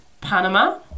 Panama